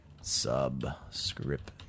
SubScript